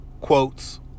quotes